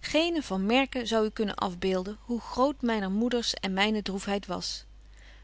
k e n zou u kunnen afbeelden hoe groot myner moeders en myne droefheid was